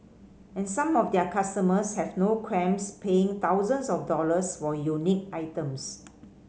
and some of their customers have no qualms paying thousands of dollars for unique items